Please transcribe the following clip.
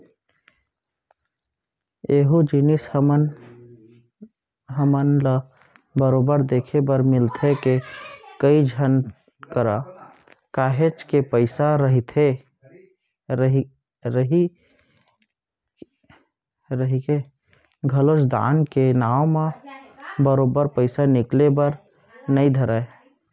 एहूँ जिनिस हमन ल बरोबर देखे बर मिलथे के, कई झन करा काहेच के पइसा रहिके घलोक दान के नांव म बरोबर पइसा निकले बर नइ धरय